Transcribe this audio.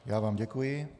Já vám děkuji.